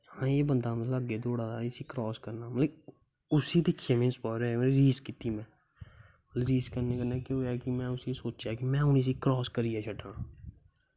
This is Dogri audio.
एह् बंदा महा अग्गें दौड़ा दा ऐ उस्सी क्रास करना ऐ मतलब उस्सी दिक्खियै इंस्पायर होआ मतलब रीस कीती में रीस करने कन्नै केह् होआ कि में सोचेआ कि में हून इस्सी क्रास करियै छड्डना